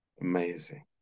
Amazing